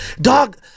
Dog